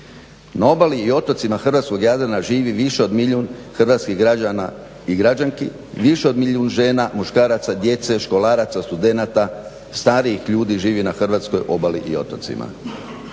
Na obali i otocima hrvatskog Jadrana živi više od milijun hrvatskih građana i građanki, više od milijun žena, muškaraca, djece, školaraca, studenata, starijih ljudi živi na hrvatskoj obali i otocima.